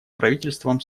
правительством